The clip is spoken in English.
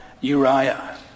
Uriah